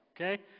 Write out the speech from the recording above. Okay